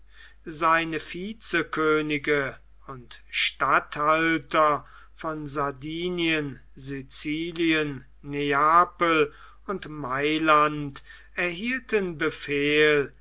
seine vicekönige und statthalter von sardinien sicilien neapel und mailand erhielten befehl